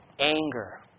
Anger